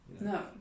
No